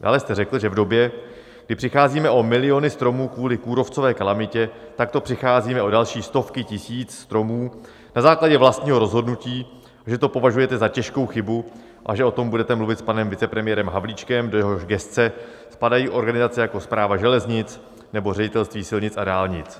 Dále jste řekl, že v době, kdy přicházíme o miliony stromů kvůli kůrovcové kalamitě, takto přicházíme o další stovky tisíc stromů na základě vlastního rozhodnutí, že to považujete za těžkou chybu a že o tom budete mluvit s panem vicepremiérem Havlíčkem, do jehož gesce spadají organizace jako Správa železnic nebo Ředitelství silnic a dálnic.